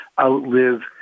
outlive